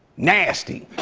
nasty.